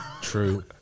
True